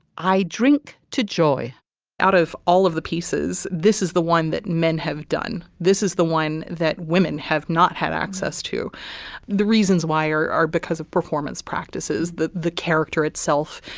i drink to joy out of all of the pieces this is the one that men have done. this is the one that women have not had access to the reasons why are are because of performance practices. the the character itself.